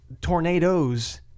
tornadoes